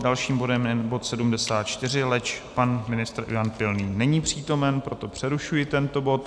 Dalším bodem je bod 74, leč pan ministr Ivan Pilný není přítomen, proto přerušuji tento bod.